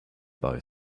boy